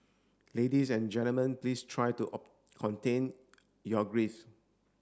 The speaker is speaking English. ladies and gentlemen please try to contain your grief